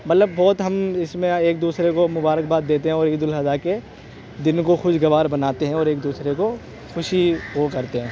مطلب بہت ہم اس میں ایک دوسرے کو مبارکبار دیتے ہیں اور عید الاضحیٰ کے دن کو خوشگوار بناتے ہیں اور ایک دوسرے کو خوشی وہ کرتے ہیں